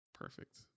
Perfect